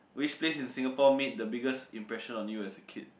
which place in Singapore made the biggest impression on you as a kid